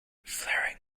flaring